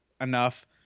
enough